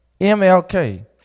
MLK